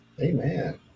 Amen